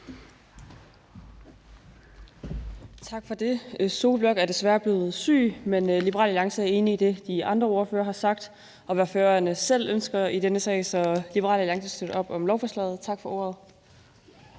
Tak for det. Sólbjørg Jakobsen er desværre blevet syg, men Liberal Alliance er enig i det, de andre ordførere har sagt, og hvad Færøerne selv ønsker i den her sag, så Liberal Alliance støtter op om lovforslaget. Tak for ordet.